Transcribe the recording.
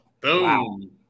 Boom